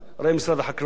ראה משרד החקלאות,